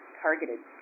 targeted